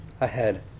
ahead